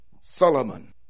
Solomon